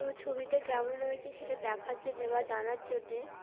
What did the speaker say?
তো ছবিটা কেমন রয়েছে সেটা দেখার জন্যে বা জানার জন্যে